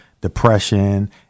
depression